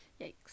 Yikes